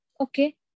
Okay